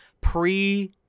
pre